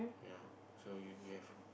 ya so you you have